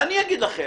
ואני אגיד לכם.